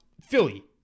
Philly